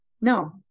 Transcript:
no